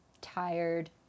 tired